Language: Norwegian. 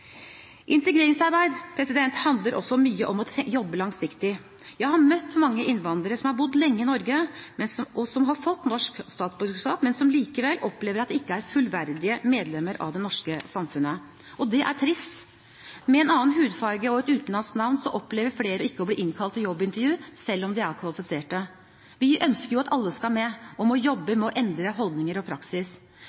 Integreringsarbeid handler også mye om å jobbe langsiktig. Jeg har møtt mange innvandrere som har bodd lenge i Norge, og som har fått norsk statsborgerskap, men som likevel opplever at de ikke er fullverdige medlemmer av det norske samfunnet. Det er trist. Med en annen hudfarge og et utenlandsk navn opplever flere ikke å bli innkalt til jobbintervju selv om de er kvalifisert. Vi ønsker jo at alle skal med og må jobbe med å